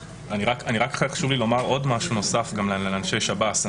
חשוב לי לומר משהו נוסף לאנשי שב"ס.